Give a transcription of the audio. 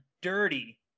dirty